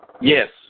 Yes